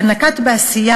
אבל הוא נקט גישה,